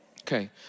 Okay